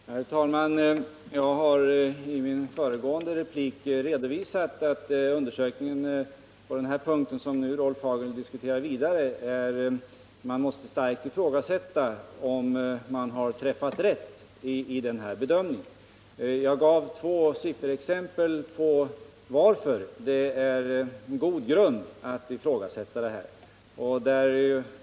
Herr talman! Jag har i min föregående replik redovisat att man måste ifrågasätta, om undersökningen verkligen har träffat rätt i bedömningen på den punkt som Rolf Hagel nu diskuterar vidare, och jag gav två sifferexempel på att det finns god grund för denna tveksamhet.